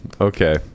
Okay